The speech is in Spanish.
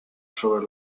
sobre